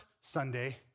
Sunday